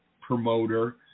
promoter